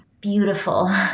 beautiful